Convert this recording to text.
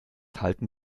halten